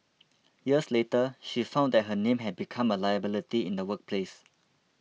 years later she found that her name had become a liability in the workplace